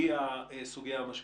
היא הסוגיה המשמעותית.